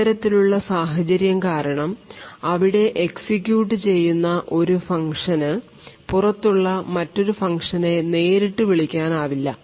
ഇത്തരത്തിലുള്ള സാഹചര്യം കാരണം ഇവിടെ എക്സിക്യൂട്ട് ചെയ്യുന്ന ഒരു ഫങ്ഷന് പുറത്തുള്ള മറ്റൊരു ഫങ്ക്ഷനെ നേരിട്ട് വിളിക്കാൻ ആവില്ല